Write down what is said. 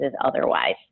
otherwise